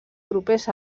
propers